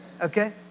Okay